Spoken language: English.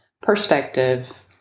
perspective